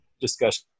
discussion